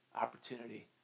opportunity